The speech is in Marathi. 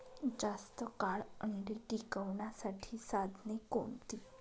जास्त काळ अंडी टिकवण्यासाठी साधने कोणती?